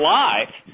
life